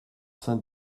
saint